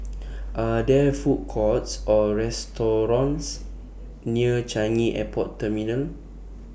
Are There Food Courts Or restaurants near Changi Airport Terminal